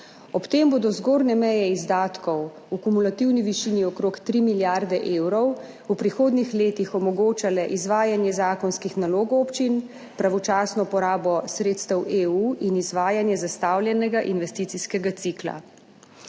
Ob tem bodo zgornje meje izdatkov v kumulativni višini okrog 3 milijarde evrov v prihodnjih letih omogočale izvajanje zakonskih nalog občin, pravočasno porabo sredstev EU in izvajanje zastavljenega investicijskega cikla.